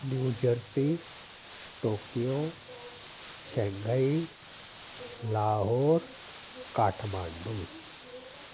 new Jersey Tokyo Shanghai Lahore Kathmandu